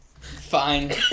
Fine